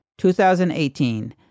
2018